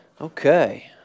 Okay